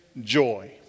joy